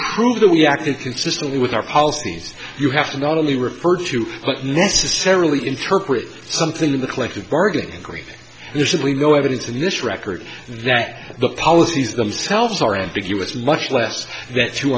prove that we acted consistent with our policies you have to not only refer to you but necessarily interpret something in the collective bargaining agreement there's really no evidence in this record that the policies themselves are ambiguous much less that